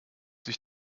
sich